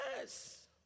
Yes